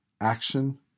action